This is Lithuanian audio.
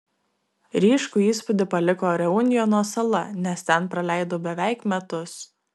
ryškų įspūdį paliko reunjono sala nes ten praleidau beveik metus